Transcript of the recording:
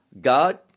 god